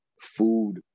food